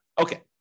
Okay